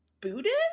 Buddhist